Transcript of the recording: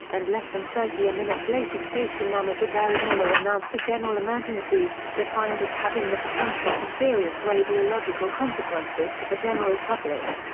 and less than thirty minutes later station manager gary miller announced a general emergency, defined as having the potential for serious radiological consequences to the general public.